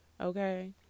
okay